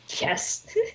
Yes